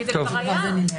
כי זה כבר היה.